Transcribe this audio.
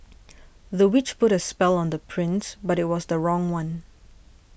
the witch put a spell on the prince but it was the wrong one